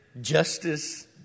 justice